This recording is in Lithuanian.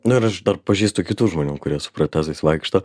nu ir aš dar pažįstu kitų žmonių kurie su protezais vaikšto